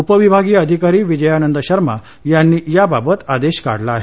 उपविभागीय अधिकारी विजयानंद शर्मा यांनी याबाबत आदेश काढला आहे